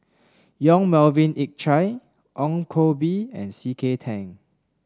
Yong Melvin Yik Chye Ong Koh Bee and C K Tang